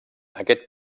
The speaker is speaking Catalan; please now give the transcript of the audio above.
aquest